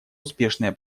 успешное